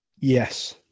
Yes